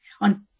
on